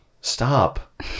stop